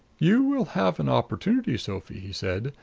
you will have an opportunity, sophie, he said,